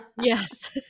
yes